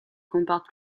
comporte